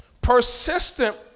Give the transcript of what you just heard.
Persistent